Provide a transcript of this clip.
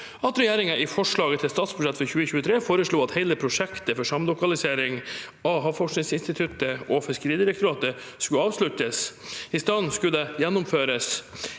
at regjeringen i forslaget til statsbudsjett for 2023 foreslo at hele prosjektet for samlokalisering av Havforskningsinstituttet og Fiskeridirektoratet skulle avsluttes. I stedet skulle det gjennomføres